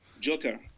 Joker